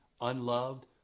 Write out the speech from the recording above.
unloved